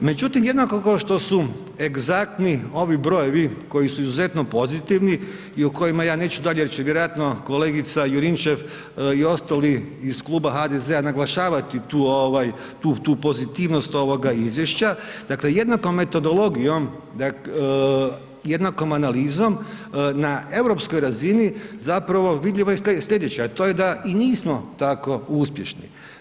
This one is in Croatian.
Međutim, jednako kao što su egzaktni ovi brojevi koji su izuzetno pozitivni i o kojima ja neću dalje reć jer će vjerojatno kolegica Juričev i ostali iz kluba HDZ-a naglašavat tu pozitivnost ovoga izvješća, dakle jednakom metodologijom, jednako analizom na europskoj razini zapravo vidljivo je slijedeće a to je da i nismo tako uspješni.